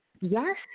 Yes